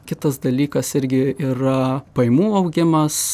kitas dalykas irgi yra pajamų augimas